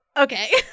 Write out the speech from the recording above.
Okay